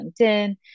LinkedIn